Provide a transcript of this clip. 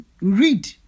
Read